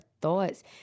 thoughts